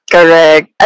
Correct